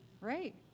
Right